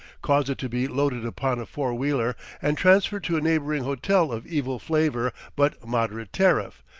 caused it to be loaded upon a four-wheeler and transferred to a neighboring hotel of evil flavor but moderate tariff,